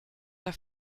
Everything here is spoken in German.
der